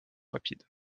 rapide